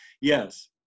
Yes